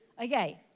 Okay